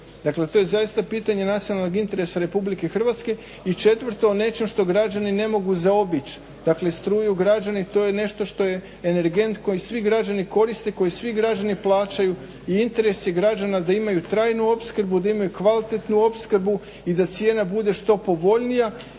Dakle to je zaista pitanje nacionalnog interesa RH. i četvrto o nečem što građani ne mogu zaobići, dakle struju građani to je nešto što je energent koji svi građani koriste koji svi građani plaćaju i interes je građana da imaju trajnu opskrbu, da imaju kvalitetnu opskrbu i da cijena bude što povoljnija